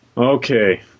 Okay